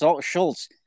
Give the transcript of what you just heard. Schultz